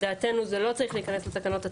לדעתנו, זה לא צריך להיכנס לתקנות עצמן.